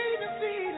defeated